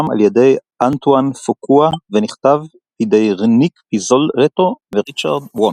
בידי אנטואן פוקואה ונכתב בידי ניק פיזולטו וריצ'רד וונק.